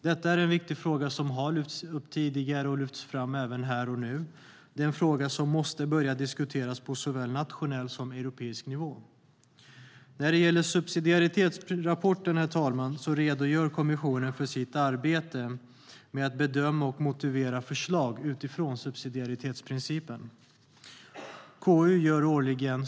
Detta är en viktig fråga som har lyfts upp tidigare och som lyfts upp även här och nu. Det är en fråga som måste börja diskuteras på såväl nationell som europeisk nivå. När det gäller subsidiaritetsrapporten, herr talman, redogör kommissionen för sitt arbete med att bedöma och motivera förslag utifrån subsidiaritetsprincipen.